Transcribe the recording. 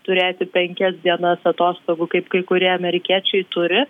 turėti penkias dienas atostogų kaip kai kurie amerikiečiai turi